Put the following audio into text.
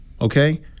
okay